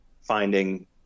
finding